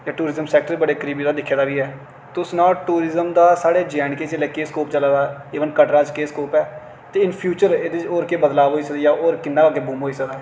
tourism sector बड़ी करीबी दा दिक्खे दा बी है तुस सनाओ टूरीजम दा साढ़े जे एड़ के केह् स्कोप चला दा इवन कटरा च केह् स्कोप ऐ ते इन फ्यूचर एह्दे च केह् बदलाब होई सकदा ऐ और अग्गै किन्ना बूम होई सकदा ऐ